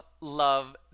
love